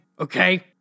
okay